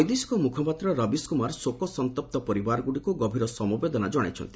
ବୈଦେଶିକ ମୁଖପାତ୍ର ରବୀଶ କୁମାର ଶୋକସନ୍ତପ୍ତ ପରିବାରଗୁଡ଼ିକୁ ଗଭୀର ସମବେଦନା ଜଣାଇଛନ୍ତି